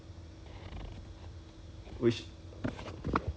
orh actually it works out to be about the same lah